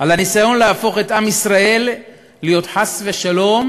על הניסיון להפוך את עם ישראל להיות חס ושלום